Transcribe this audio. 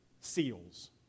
seals